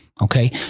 Okay